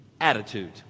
Attitude